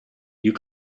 you